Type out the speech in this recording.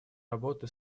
работы